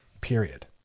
period